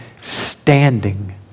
standing